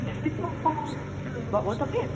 भएको तपाईँ